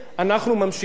בעולם משתנה,